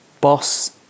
boss